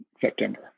September